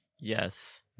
Yes